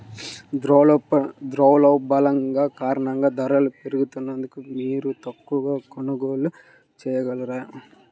ద్రవ్యోల్బణం కారణంగా ధరలు పెరుగుతున్నందున, మీరు తక్కువ కొనుగోళ్ళు చేయగలరు